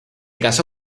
casó